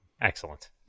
excellent